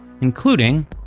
including